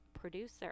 producer